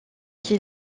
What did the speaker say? qui